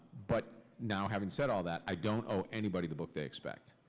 but, now having said all that, i don't owe anybody the book they expect,